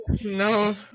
No